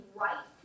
right